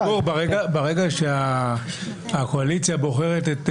ברור לגמרי שעלול להיווצר מצב של קיטוב,